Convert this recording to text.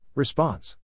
Response